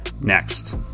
next